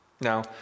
Now